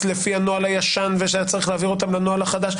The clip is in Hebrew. לפי הנוהל הישן ושהיה צריך להעביר אותם לנוהל החדש?